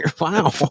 Wow